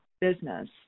business